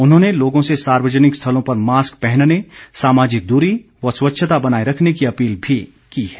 उन्होंने लोगों से सार्वजनिक स्थलों पर मास्क पहनने सामाजिक दूरी व स्वच्छता बनाए रखने की अपील भी की है